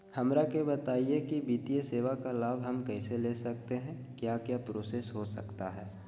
हमरा के बताइए की वित्तीय सेवा का लाभ हम कैसे ले सकते हैं क्या क्या प्रोसेस हो सकता है?